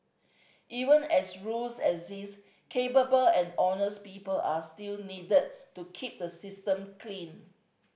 even as rules exist capable and honest people are still needed to keep the system clean